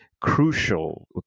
Crucial